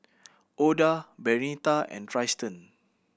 Oda Bernita and Trystan